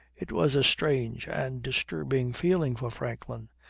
it was a strange and disturbing feeling for franklin.